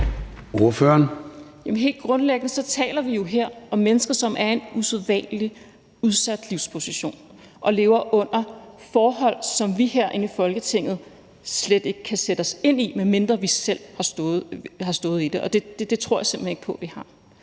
Helt grundlæggende taler vi jo her om mennesker, som er i en usædvanlig udsat livsposition og lever under forhold, som vi herinde i Folketinget slet ikke kan sætte os ind i, medmindre vi selv har stået i det, og det tror jeg simpelt hen ikke på vi har.